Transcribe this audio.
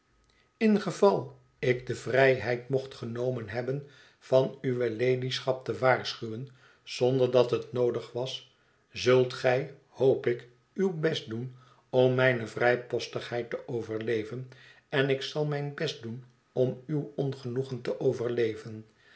in geval ik de vrijheid mocht genomen hebben van uwe ladyschap te waarschuwen zonder dat het noodig was zult gij hoop ik uw best doen om mijne vrijpostigheid te overleven en ik zal mijn best doen om uw ongenoegen te overleven